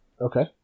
Okay